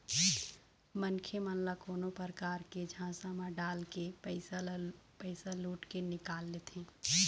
मनखे मन ल कोनो परकार ले झांसा म डालके पइसा लुट के निकाल लेथें